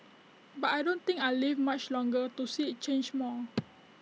but I don't think I'll live much longer to see IT change more